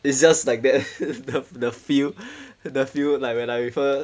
it's just like that the the feel the feel like when I with her